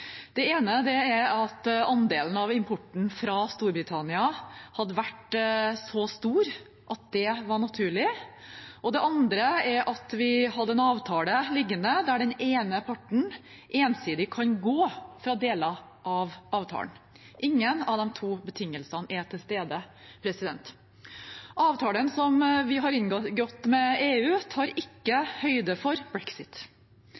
Det ene er at andelen av importen fra Storbritannina hadde vært så stor at det var naturlig. Det andre er at vi hadde en avtale liggende der den ene parten ensidig kunne gå fra deler av avtalen. Ingen av disse to betingelsene er til stede. Avtalen som vi har inngått med EU, tar ikke høyde for brexit.